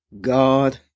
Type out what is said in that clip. God